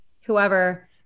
whoever